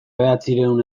bederatziehun